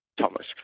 Thomas